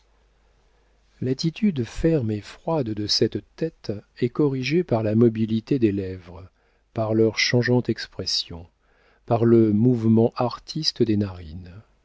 l'attitude ferme et froide de cette tête est corrigée par la mobilité des lèvres par leur changeante expression par le mouvement artiste des narines